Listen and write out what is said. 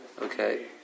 Okay